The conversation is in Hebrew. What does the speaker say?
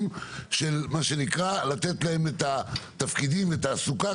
של מה שנקרא לתת להם את התפקידים ותעסוקה,